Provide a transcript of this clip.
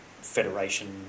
Federation